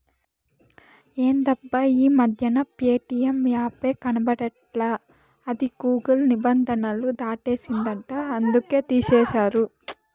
ఎందబ్బా ఈ మధ్యన ప్యేటియం యాపే కనబడట్లా అది గూగుల్ నిబంధనలు దాటేసిందంట అందుకనే తీసేశారు